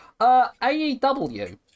AEW